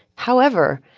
however,